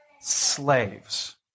slaves